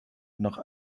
nach